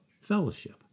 fellowship